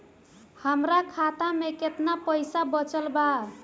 हमरा खाता मे केतना पईसा बचल बा?